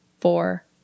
four